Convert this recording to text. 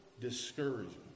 discouragement